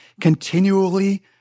continually